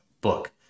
book